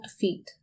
feet